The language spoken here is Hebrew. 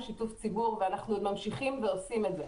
ואנחנו גם ממשיכים ועושים את זה.